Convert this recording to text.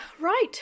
Right